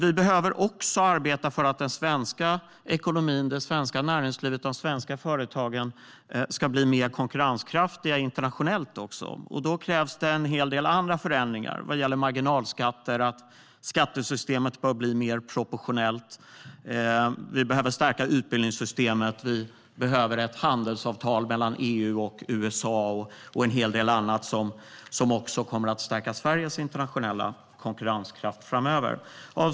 Vi behöver också arbeta för att den svenska ekonomin, det svenska näringslivet och de svenska företagen ska bli mer konkurrenskraftiga internationellt. Då krävs det en hel del andra förändringar vad gäller marginalskatter och att skattesystemet bör bli mer proportionellt. Vi behöver stärka utbildningssystemet. Vi behöver ett handelsavtal mellan EU och USA och en hel del annat som kommer att stärka Sveriges internationella konkurrenskraft framöver.